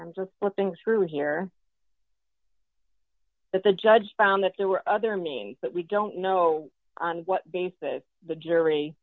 i'm just looking through here that the judge found that there were other means but we don't know on what basis the jury